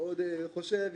מאוד חושב,